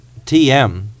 TM